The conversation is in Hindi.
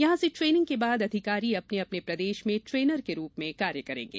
यहाँ से ट्रेनिंग के बाद अधिकारी अपने अपने प्रदेश में ट्रेनर के रूप में कार्य करेंगे